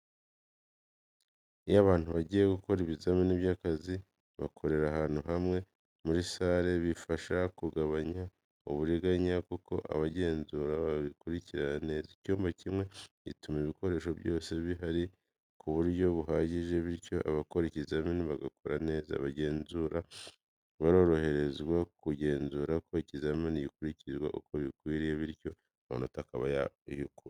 Iyo abantu bagiye gukora ibizamini by’akazi bakorera ahantu hamwe muri sale, bifasha kugabanya uburiganya kuko abagenzura babakurikirana neza. Icyumba kimwe gituma ibikoresho byose bihari ku buryo buhagije, bityo abakora ikizamini bakora neza. Abagenzura baroroherezwa kugenzura ko ikizamini gikurikizwa uko bikwiriye, bityo amanota akaba ay’ukuri.